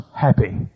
happy